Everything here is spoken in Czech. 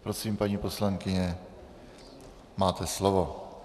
Prosím, paní poslankyně, máte slovo.